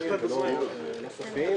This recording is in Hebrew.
אתם אמרתם לנו אז שעל הסגירה יצטרכו עוד כסף.